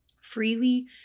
freely